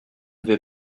vais